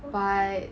but